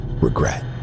regret